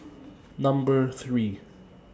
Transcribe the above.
Number three